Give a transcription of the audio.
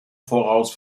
voraus